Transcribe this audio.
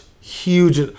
huge